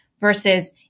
Versus